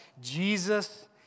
Jesus